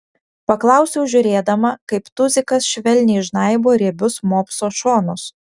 paklausiau žiūrėdama kaip tuzikas švelniai žnaibo riebius mopso šonus